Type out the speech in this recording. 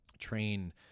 train